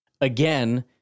Again